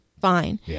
fine